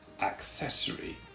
accessory